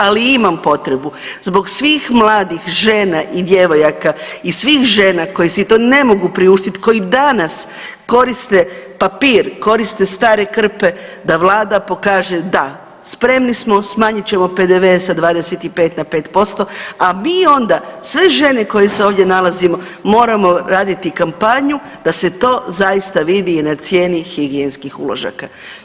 Ali imam potrebu zbog svih mladih žena i djevojaka i svih žena koje si to ne mogu priuštiti koji danas koriste papir, koriste stare krpe da Vlada pokaže da spremni smo smanjit ćemo PDV-e sa 25 na 5%, a mi onda sve žene koje se ovdje nalazimo moramo raditi kampanju da se to zaista vidi i na cijeni higijenskih uložaka.